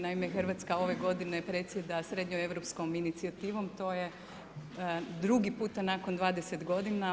Naime, RH ove godine predsjeda srednjeeuropskom inicijativom, to je drugi puta nakon 20 godina.